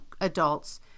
adults